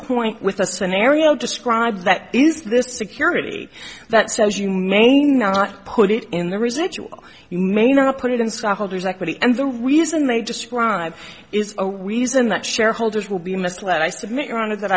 point with a scenario described that is this security that says you may not put it in the residual you may not put it in stock holders equity and the reason they describe is a wesen that shareholders will be misled i submit your honor that